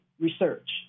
Research